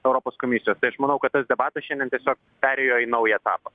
europos komisijos aš manau kad debatas šiandien tiesiog perėjo į naują etapą